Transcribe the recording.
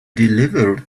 deliver